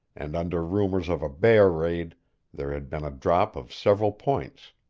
and under rumors of a bear raid there had been a drop of several points.